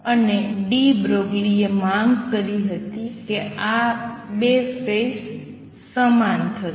અને ડી બ્રોગલીએ માંગ કરી હતી કે આ ૨ ફેઝ સમાન થશે